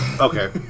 Okay